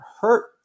hurt